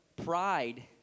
Pride